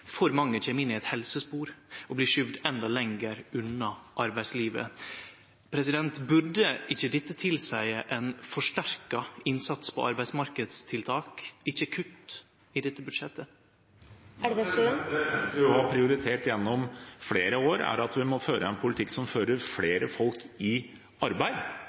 for mange kjem inn i eit helsespor og blir skyvde endå lenger unna arbeidslivet. Burde ikkje dette tilseie ein forsterka innsats på arbeidsmarknadstiltak, ikkje kutt, i dette budsjettet? Det Venstre har prioritert gjennom flere år, er at vi må føre en politikk som får flere folk i arbeid,